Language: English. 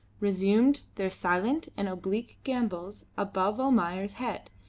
resumed their silent and oblique gambols above almayer's head,